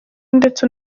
ndetse